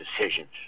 decisions